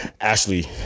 Ashley